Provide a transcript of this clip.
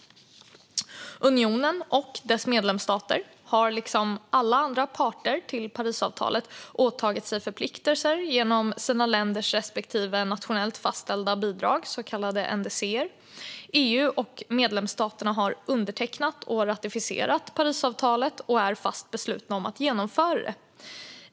Unionen och dess medlemsstater har liksom alla andra parter till Parisavtalet åtagit sig förpliktelser genom sina länders respektive nationellt fastställda bidrag, så kallade NDC:er. EU och medlemsstaterna har undertecknat och ratificerat Parisavtalet och är fast beslutna att genomföra det.